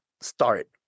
start